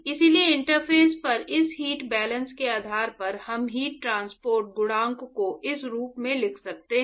इसलिए इंटरफ़ेस पर इस हीट बैलेंस के आधार पर हम हीट ट्रांसपोर्ट गुणांक को इस रूप में लिख सकते हैं